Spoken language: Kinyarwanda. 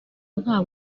nta